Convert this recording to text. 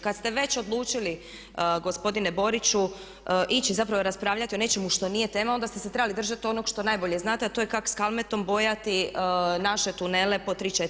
Kad ste već odlučili gospodine Boriću ići zapravo raspravljati o nečemu što nije tema onda ste se trebali držati onog što najbolje znate a to je kako s Kalmetom bojati naše tunele po tri, četiri puta.